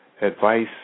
advice